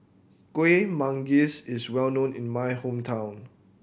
Kuih Manggis is well known in my hometown